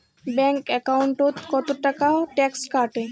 Bank একাউন্টত কতো টাকা ট্যাক্স কাটে?